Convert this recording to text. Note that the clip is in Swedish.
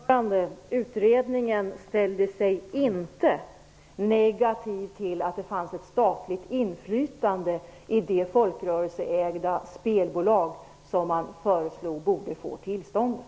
Herr talman! Utredningen ställde sig inte negativ till att det fanns ett statligt inflytande i det folkrörelseägda spelbolaget som man föreslog borde få tillståndet.